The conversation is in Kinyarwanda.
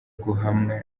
guhamwa